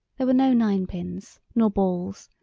there were no ninepins, nor balls,